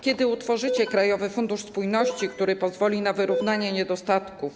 Kiedy utworzycie krajowy fundusz spójności, który pozwoli na wyrównanie niedostatków?